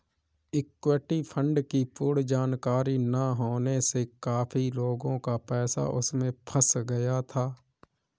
equity fund की पूर्ण जानकारी ना होने से काफी लोगों का पैसा उसमें फंस गया था